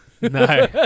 No